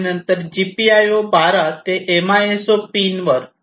आणि नंतर GPIO 12 ते MISO पिन वर